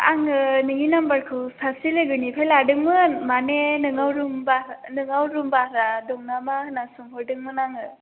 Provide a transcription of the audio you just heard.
आङो नोंनि नाम्बारखौ सासे लोगोनिफ्राय लादोंमोन मानि नोंनाव रुम भारा नोंनाव रुम भारा दं नामा होन्नानै सोंहरदोंमोन आङो